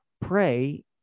pray